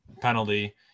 penalty